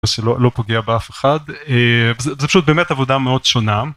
שלא פוגע באף אחד, זה פשוט באמת עבודה מאוד שונה.